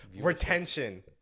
Retention